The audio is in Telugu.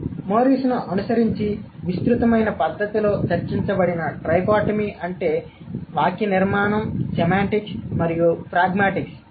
కాబట్టి మోరిస్ను అనుసరించి విస్తృతమైన పద్ధతిలో చర్చించబడిన ట్రైకోటమీ అంటే వాక్యనిర్మాణం సెమాంటిక్స్ మరియు ప్రాగ్మాటిక్స్